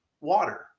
water